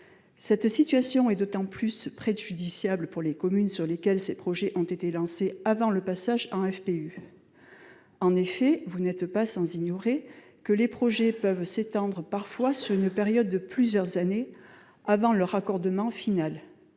Cette situation est d'autant plus préjudiciable pour les communes sur lesquelles ces projets ont été lancés avant le passage en FPU. En effet, vous ne l'ignorez pas, les projets peuvent parfois s'étendre sur une période de plusieurs années avant leur raccordement final.